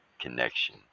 connection